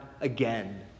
again